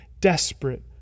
desperate